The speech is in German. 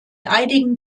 einigen